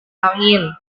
angin